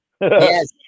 Yes